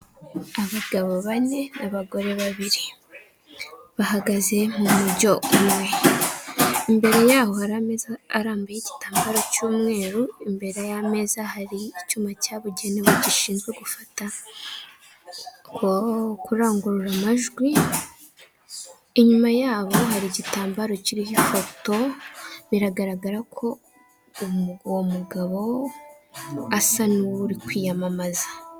Abagabo bane n'abagore babiri bahagaze mu mujyo umwe, imbere yabo hari ameza arambuyeho igitambaro cy'umweru, imbere y'ameza hari icyuma cyabugenewe gishinzwe gufata no kurangurura amajwi, inyuma yabo hari igitambaro kiriho ifoto biragaragara ko uwo mugabo asa nk'uri kwiyamamaza.